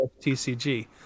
TCG